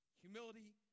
humility